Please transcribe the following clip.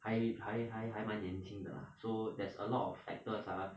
还还还还蛮年轻的 lah so there's a lot of factors ah